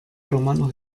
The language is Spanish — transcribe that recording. romano